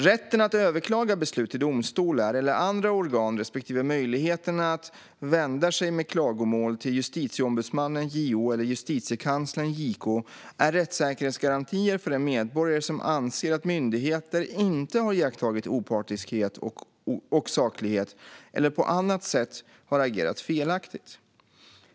Rätten att överklaga beslut till domstolar eller andra organ respektive möjligheten att vända sig med klagomål till Justitieombudsmannen, JO, eller Justitiekanslern, JK, är rättssäkerhetsgarantier för en medborgare som anser att myndigheter inte har iakttagit opartiskhet och saklighet eller på annat sätt har agerat felaktigt.